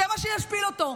זה מה שישפיל אותו.